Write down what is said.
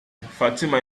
fatima